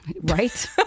Right